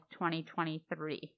2023